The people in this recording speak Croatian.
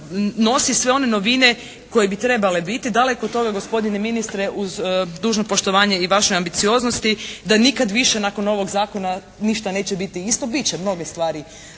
nosi sve one novine koje bi trebale biti. Daleko od toga gospodine ministre uz dužno poštovanje i vašoj ambicioznosti da nikad više nakon ovog zakona ništa neće biti isto. Bit će mnoge stvari